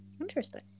Interesting